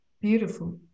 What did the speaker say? Beautiful